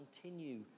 continue